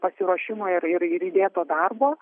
pasiruošimo ir ir ir įdėto darbo